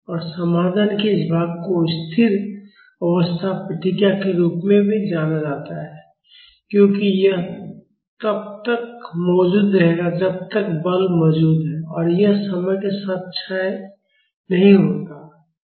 और समाधान के इस भाग को स्थिर अवस्था प्रतिक्रिया के रूप में जाना जाता है क्योंकि यह तब तक मौजूद रहेगा जब तक बल मौजूद है और यह समय के साथ क्षय नहीं होता है